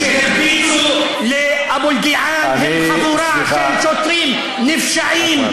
השוטרים שהרביצו לאבו אלקיעאן הם חבורה של שוטרים נפשעים,